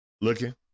Looking